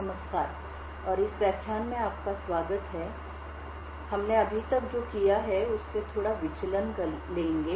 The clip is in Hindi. नमस्कार और इस व्याख्यान में आपका स्वागत है इसलिए हमने अभी तक जो किया है उससे थोड़ा विचलन लेंगे